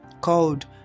called